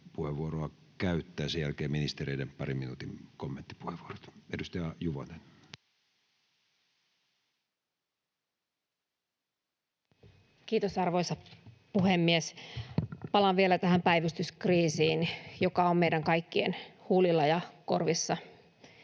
puheenvuoroa käyttää, ja sen jälkeen ministereille parin minuutin kommenttipuheenvuorot. — Edustaja Juvonen. Kiitos, arvoisa puhemies! Palaan vielä tähän päivystyskriisiin, joka on meidän kaikkien huulilla ja korvissa